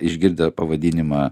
išgirdę pavadinimą